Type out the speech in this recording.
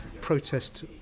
protest